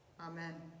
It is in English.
Amen